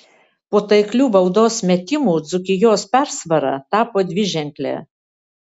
po taiklių baudos metimų dzūkijos persvara tapo dviženklė